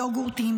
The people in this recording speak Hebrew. יוגורטים,